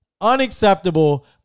Unacceptable